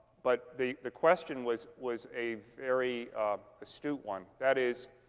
but the the question was was a very astute one. that is,